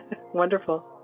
Wonderful